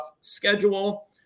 schedule